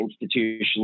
institutions